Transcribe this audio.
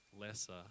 lesser